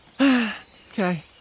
Okay